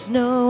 no